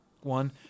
one